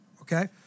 okay